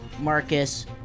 Marcus